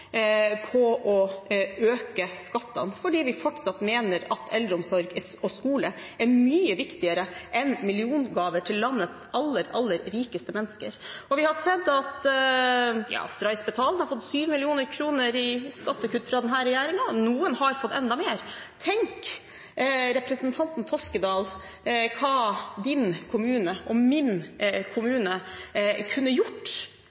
på å øke skattene fordi vi fortsatt mener at eldreomsorg og skole er mye viktigere enn milliongaver til landets aller, aller rikeste mennesker. Vi har sett at Stray Spetalen har fått 7 mill. kr i skattekutt fra denne regjeringen, noen har fått enda mer. Tenk hva representanten Toskedals kommune og min kommune kunne gjort